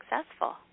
successful